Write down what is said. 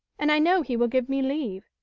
and i know he will give me leave.